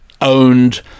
owned